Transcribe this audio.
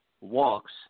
walks